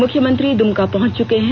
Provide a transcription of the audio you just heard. मुख्यमंत्री दुमका पहुंच चुके हैं